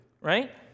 right